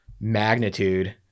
magnitude